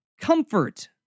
comfort